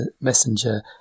messenger